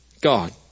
God